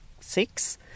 six